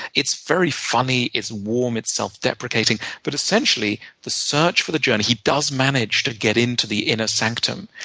it's very funny. it's warm, it's self-deprecating. but essentially, the search for the journey he does manage to get into the inner sanctum,